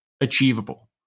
achievable